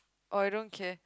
or I don't care